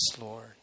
Lord